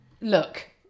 look